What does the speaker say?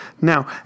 Now